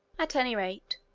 at any rate,